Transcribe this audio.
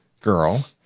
girl